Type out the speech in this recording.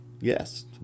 yes